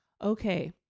Okay